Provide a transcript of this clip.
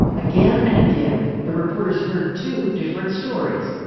again and again, the reporters heard two different stories.